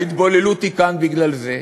ההתבוללות היא כאן בגלל זה,